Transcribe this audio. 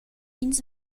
ins